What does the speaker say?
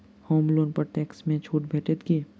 होम loan पर tax मे छुट भेटत की